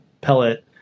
pellet